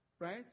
right